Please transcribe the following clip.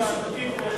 חברי